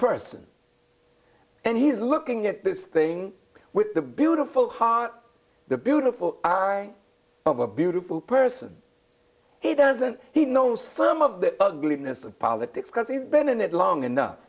person and he's looking at this thing with the beautiful heart the beautiful i of a beautiful person he doesn't he knows some of the ugliness of politics because he's been in it long enough